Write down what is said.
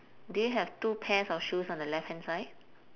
do you have two pairs of shoes on the left hand side